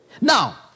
Now